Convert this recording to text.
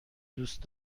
دوست